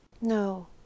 No